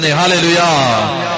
hallelujah